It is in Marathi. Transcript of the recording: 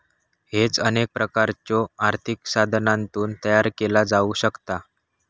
हेज अनेक प्रकारच्यो आर्थिक साधनांतून तयार केला जाऊ शकता